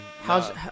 how's